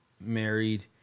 married